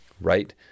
right